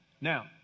Now